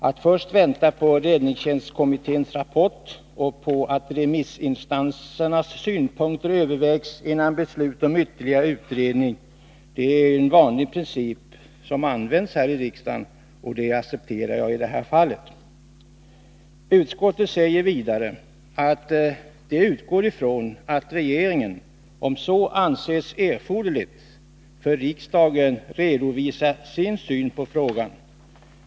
Att först vänta på räddningstjänstkommitténs rapport och på att remissinstansernas synpunkter övervägs innan beslut om ytterligare utredning fattas följer en vanlig princip som används här i riksdagen, och det accepterar jag i det här fallet. Utskottet säger vidare att det utgår från att regeringen, om så anses erforderligt, för riksdagen redovisar sin syn på frågan.